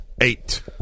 Eight